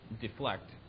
deflect